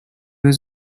was